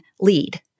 lead